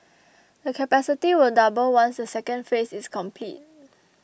the capacity will double once the second phase is complete